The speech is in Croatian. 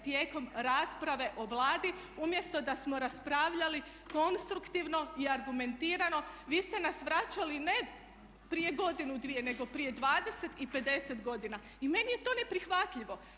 Tijekom rasprave o Vladi umjesto da smo raspravljali konstruktivno i argumentirano, vi ste nas vraćali ne prije godinu, dvije nego prije dvadeset i pedeset godina i meni je to neprihvatljivo.